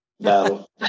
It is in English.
battle